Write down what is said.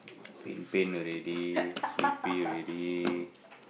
pain pain already sleepy already